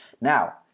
now